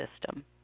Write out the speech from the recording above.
system